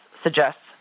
suggests